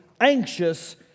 anxious